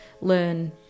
learn